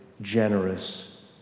generous